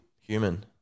human